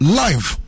live